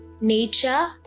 nature